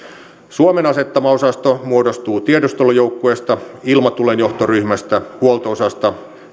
suomen asettama osasto muodostuu tiedustelujoukkueesta ilmatulenjohtoryhmästä huolto osasta